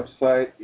website